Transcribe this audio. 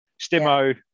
Stimo